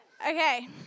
Okay